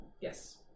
Yes